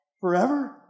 forever